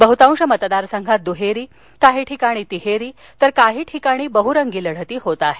बहुतांश मतदारसंघात दुहेरी काही ठिकाणी तिहेरी तर काही बहुरंगी लढती होत आहेत